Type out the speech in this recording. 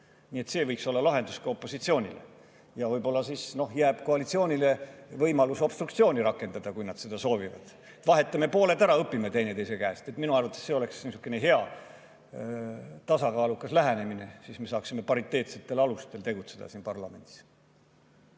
Nii et see võiks olla lahendus opositsioonile. Ja võib-olla jääb siis koalitsioonile võimalus obstruktsiooni rakendada, kui nad seda soovivad. Vahetame pooled ära ja õpime teineteise käest. Minu arvates see oleks niisugune hea tasakaalukas lähenemine. Siis me saaksime pariteetsetel alustel tegutseda siin parlamendis.